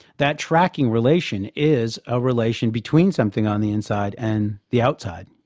that tracking relation is a relation between something on the inside and the outside.